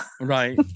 Right